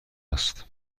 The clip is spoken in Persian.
است